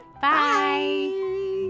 bye